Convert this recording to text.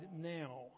now